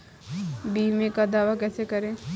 बीमे का दावा कैसे करें?